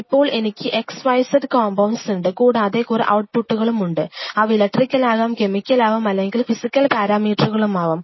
ഇപ്പോൾ എനിക്ക് xyz compounds ഉണ്ട് അതുകൂടാതെ കുറേ ഔട്ട്പുട്ട്കളും ഉണ്ട് അവ ഇലക്ട്രികലാകാം കെമിക്കലാകാം അല്ലെങ്കിൽ ഫിസിക്കൽ പാരാമീറ്ററുകളും ആകാം